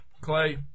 clay